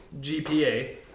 GPA